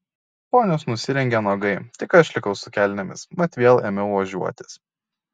ponios nusirengė nuogai tik aš likau su kelnėmis mat vėl ėmiau ožiuotis